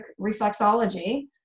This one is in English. reflexology